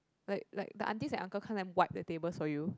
like like the aunties and uncle come and wipe the tables for you